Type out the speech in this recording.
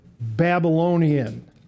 Babylonian